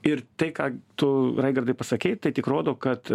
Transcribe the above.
ir tai ką tu raigardai pasakei tai tik rodo kad